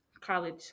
college